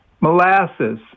molasses